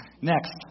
Next